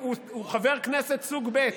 הוא חבר כנסת סוג ב',